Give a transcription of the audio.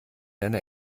einer